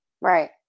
Right